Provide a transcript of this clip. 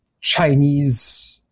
Chinese